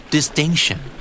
Distinction